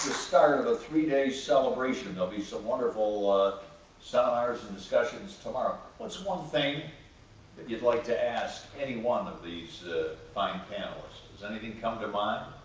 and three-day celebration. there'll be some wonderful seminars and discussions tomorrow. what's one thing that you'd like to ask any one of these fine panelists? does anything come to mind?